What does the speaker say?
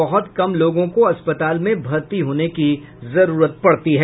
बहत कम लोगों को अस्पताल में भर्ती होने की जरूरत पड़ती है